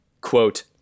Quote